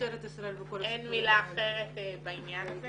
ואין מילה אחרת בעניין הזה.